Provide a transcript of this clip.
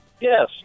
Yes